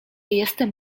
jestem